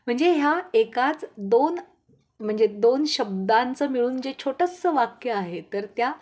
म्हणजे ह्या एकाच दोन म्हणजे दोन शब्दांचं मिळून जे छोटंसं वाक्य आहे तर त्या